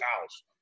house